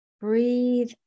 breathe